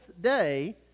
day